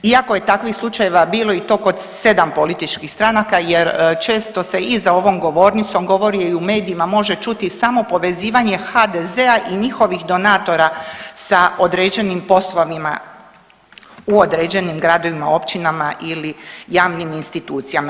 Iako je takvih slučajeva bilo i to kod 7 političkih stranaka jer često se i za ovom govornicom govori i u medijima može čuti samo povezivanje HDZ-a i njihovih donatora sa određenim poslovima u određenim gradovima, općinama ili javnim institucijama.